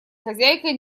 хозяйкой